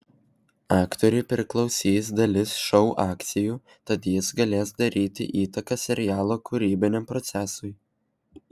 aktoriui priklausys dalis šou akcijų tad jis galės daryti įtaką serialo kūrybiniam procesui